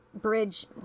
Bridge